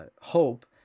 hope